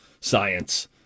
science